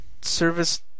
service